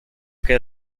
que